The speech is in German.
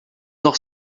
doch